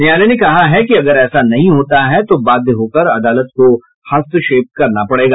न्यायालय ने कहा है कि अगर ऐसा नहीं होता है तो बाध्य होकर अदालत को हस्तक्षेप करना पड़ेगा